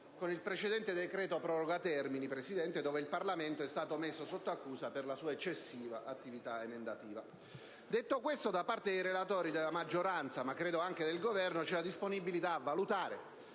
con il precedente decreto "proroga termini", signor Presidente, dove il Parlamento è stato messo sotto accusa per la sua eccessiva attività emendativa. Detto questo, da parte dei relatori, della maggioranza, ma credo anche del Governo, c'è la disponibilità a valutare